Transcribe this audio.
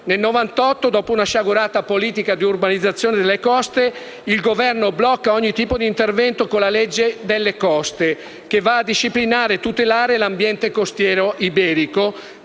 Nel 1998, dopo una sciagurata politica di urbanizzazione delle coste, il Governo blocca ogni tipo di intervento con la legge delle coste, che va a disciplinare e tutelare l'ambiente costiero iberico,